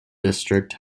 district